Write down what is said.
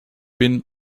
bin